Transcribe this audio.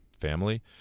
family